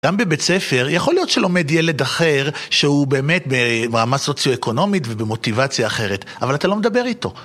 גם בבית ספר, יכול להיות שלומד ילד אחר, שהוא באמת ברמה סוציו-אקונומית ובמוטיבציה אחרת, אבל אתה לא מדבר איתו.